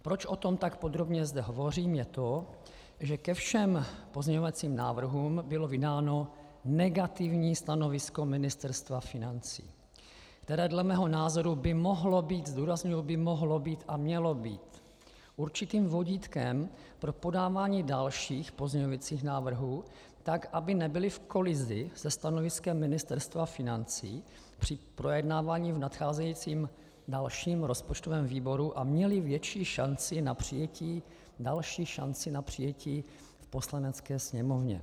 Proč o tom zde tak podrobně hovořím, je to, že ke všem pozměňovacím návrhům bylo vydáno negativní stanovisko Ministerstva financí, které dle mého názoru by mohlo být zdůrazňuji, by mohlo být a mělo být určitým vodítkem pro podávání dalších pozměňujících návrhů, tak aby nebyly v kolizi se stanoviskem Ministerstva financí při projednávání v nadcházejícím dalším rozpočtovém výboru a měly větší šanci, další šanci na přijetí v Poslanecké sněmovně.